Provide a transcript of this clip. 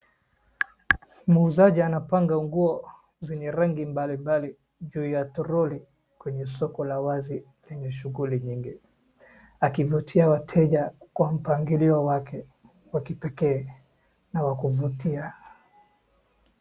Muuzaji anapanga nguo zenye rangi mbalimbali ju ya troli kwenye soko la wazi lenye shughuli nyingi. Akivutia wateja kwa mpangilo wake wa kipekee na wakuvutia.